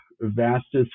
vastest